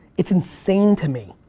it's insane to me,